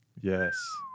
Yes